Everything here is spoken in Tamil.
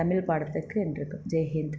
தமிழ் பாடத்துக்கு என்றைக்கும் ஜெய்ஹிந்த்